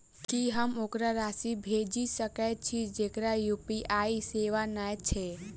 की हम ओकरा राशि भेजि सकै छी जकरा यु.पी.आई सेवा नै छै?